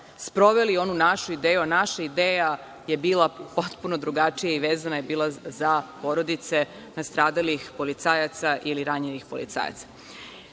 sproveli onu našu ideju. Naša ideja je bila potpuno drugačija i vezana je bila za porodice nastradalih policajaca ili ranjenih policajaca. Dalje,